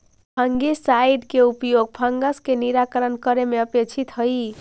fungicide के उपयोग fungus के निराकरण करे में अपेक्षित हई